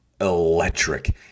electric